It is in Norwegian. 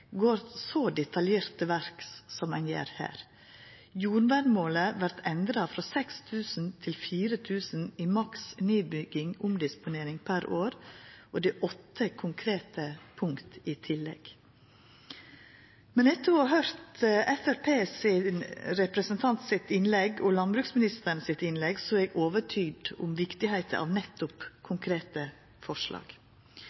går så detaljert til verks som ein gjer her. Jordvernmålet vert endra frå 6 000 til 4 000 dekar i maks omdisponering per år, og det er åtte konkrete punkt i tillegg. Men etter å ha høyrt Framstegspartiet sin representant sitt innlegg og landbruksministeren sitt innlegg, er eg overtydd om viktigheita av nettopp